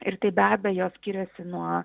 ir tai be abejo skiriasi nuo